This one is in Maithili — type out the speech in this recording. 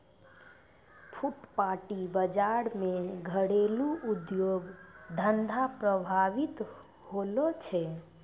फुटपाटी बाजार से घरेलू उद्योग धंधा प्रभावित होलो छै